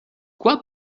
quoi